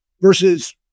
versus